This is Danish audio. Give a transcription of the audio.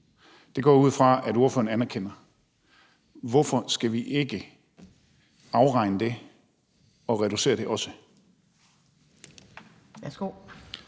Det går jeg ud fra at ordføreren anerkender. Hvorfor skal vi ikke afregne det og også reducere det?